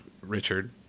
Richard